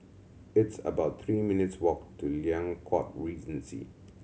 it's about three minutes' walk to Liang Court Regency